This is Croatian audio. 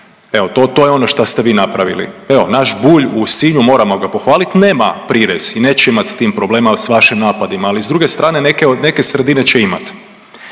to, to je ono što ste vi napravili. Evo, naš Bulj u Sinju, moramo ga pohvalit nema prirez i neće imat s tim problema, s vašim napadima. Ali s druge strane neke sredine će imat.